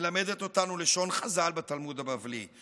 מלמדת אותנו לשון חז"ל בתלמוד הבבלי,